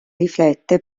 riflette